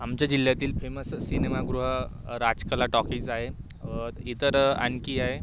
आमच्या जिल्ह्यातील फेमस सिनेमागृह राजकला टॉकीज आहे इतर आणखी आहे